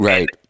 Right